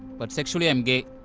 but sexually i'm gay